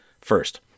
First